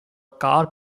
car